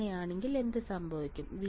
അങ്ങനെയാണെങ്കിൽ എന്ത് സംഭവിക്കും